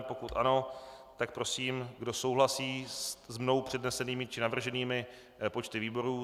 Pokud ano, tak prosím, kdo souhlasí s mnou přednesenými či navrženými počty výborů?